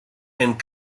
and